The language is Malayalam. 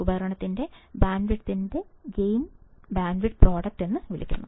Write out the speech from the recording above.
ഉപകരണത്തിന്റെ ബാൻഡ്വിഡ്ത്തിനെ ഗെയിൻ ബാൻഡ്വിഡ്ത്ത് പ്രോഡക്ട് എന്ന് വിളിക്കുന്നു